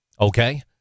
Okay